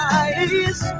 eyes